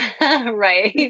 Right